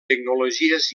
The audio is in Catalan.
tecnologies